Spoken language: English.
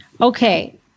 okay